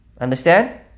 Understand